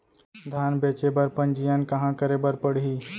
धान बेचे बर पंजीयन कहाँ करे बर पड़ही?